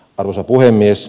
arvoisa puhemies